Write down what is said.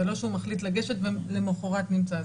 זה לא שהוא מחליט לגשת ולמחרת נמצא.